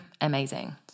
amazing